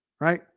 right